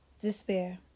Despair